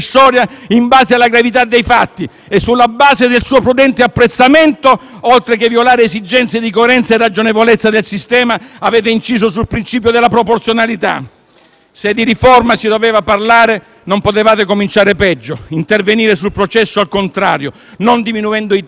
e sulla base del suo prudente apprezzamento. Oltre a violare esigenze di coerenza e ragionevolezza del sistema, avete inciso sul principio della proporzionalità. Se di riforma si doveva parlare, non potevate cominciare peggio, intervenendo sul processo al contrario, senza diminuirne i tempi, ma allungandoli.